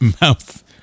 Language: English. mouth